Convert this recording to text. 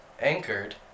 anchored